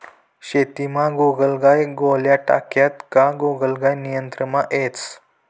शेतीमा गोगलगाय गोळ्या टाक्यात का गोगलगाय नियंत्रणमा येस